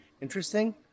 Interesting